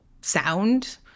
sound